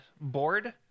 board